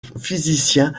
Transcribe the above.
physicien